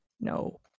No